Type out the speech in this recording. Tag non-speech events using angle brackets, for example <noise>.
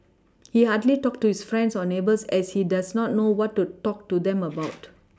<noise> <noise> he hardly talks to his friends or neighbours as he does not know what to talk to them about <noise>